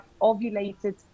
ovulated